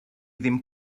ddim